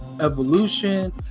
evolution